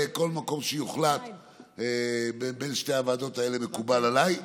בכל מקום שיוחלט בין שתי הוועדות האלה מקובל עליי.